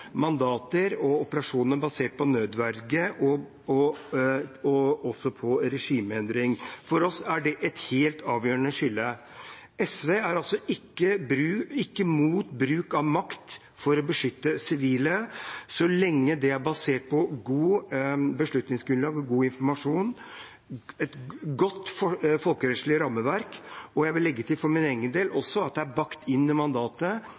mandater og operasjoner basert på nødverge og regimeendring. For oss er det et helt avgjørende skille. SV er ikke imot bruk av makt for å beskytte sivile så lenge det er basert på et godt beslutningsgrunnlag, god informasjon, et godt folkerettslig rammeverk og – vil jeg legge til for min egen del – at det er bakt inn i mandatet